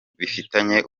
bifitanye